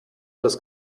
des